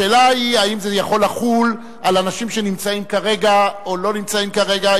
השאלה אם זה יכול לחול על אנשים שנמצאים כרגע או לא נמצאים כרגע,